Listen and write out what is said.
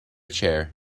chair